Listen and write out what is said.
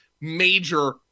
major